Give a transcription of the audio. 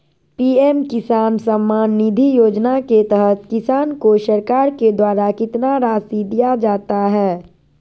PM किसान सम्मान निधि योजना के तहत किसान को सरकार के द्वारा कितना रासि दिया जाता है?